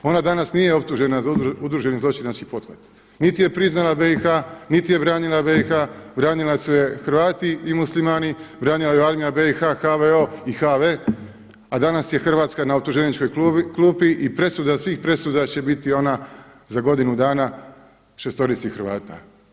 Ona danas nije optužena za udruženi zločinački pothvat, niti je priznala BIH, niti je branila BIH, branili su je Hrvati i Muslimani, branila ju je Armija BIH, HVO i HV, a danas je Hrvatska na optuženičkoj kupi i presuda svih presuda će biti ona za godinu dana šestorici Hrvata.